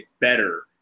better